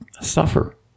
suffer